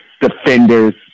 Defenders